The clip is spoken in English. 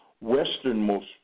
westernmost